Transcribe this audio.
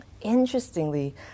Interestingly